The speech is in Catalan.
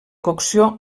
cocció